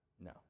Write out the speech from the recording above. No